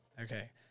Okay